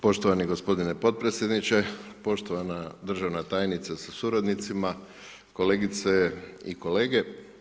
Poštovani gospodine potpredsjedniče, poštovana državna tajnice sa suradnicima, kolegice i kolege.